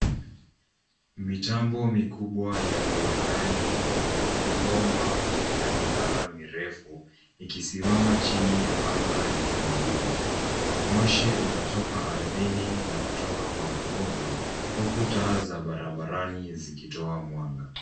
Mitambo mikubwa ya viwandani ina mibomba na minara mirefu, ikisimama chini ya anga lenye mawingu. Moshi unatoka ardhini ukitoka kwa mabomba, huku taa za barabarani zikitoa mwanga.